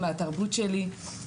מהתרבות שלי.